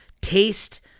Taste